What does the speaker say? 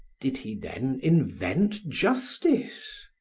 did he then invent justice?